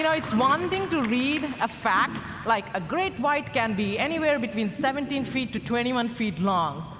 you know it's one thing to read a fact like a great white can be anywhere between seventeen feet to twenty one feet long,